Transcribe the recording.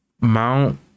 Mount